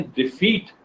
defeat